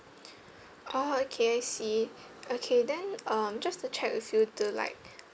oh okay I see okay then um just to check with you to like